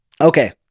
Okay